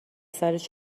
سرش